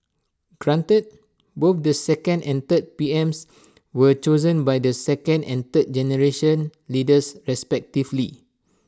granted both the second and third PMs were chosen by the second and third generation leaders respectively